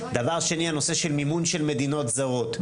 דבר שני, הנושא של מימון של מדינות זרות.